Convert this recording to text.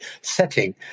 setting